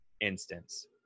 instance